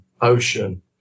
ocean